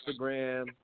Instagram